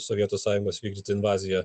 sovietų sąjungos vykdyta invazija